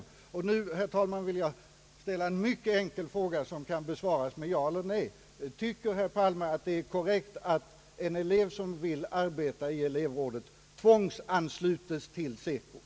Nu vill jag, herr talman, ställa en mycket enkel fråga till statsrådet, som kan besvaras med ja eller nej: Tycker statsrådet Palme att det är korrekt att en elev som vill arbeta i elevrådet tvångsanslutes till SECO?